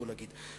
בוא נגיד,